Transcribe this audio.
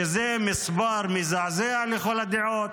שזה מספר מזעזע לכל הדעות.